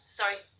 sorry